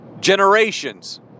generations